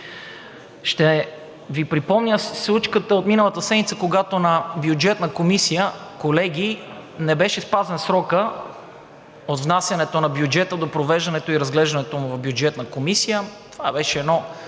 Ще Ви припомня случката от миналата седмица, когато в Бюджетната комисия, колеги, не беше спазен срокът от внасянето на бюджета до провеждането и разглеждането му в Бюджетната комисия. Това беше едно,